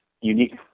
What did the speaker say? unique